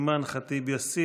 חברת הכנסת אימאן ח'טיב יאסין,